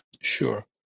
sure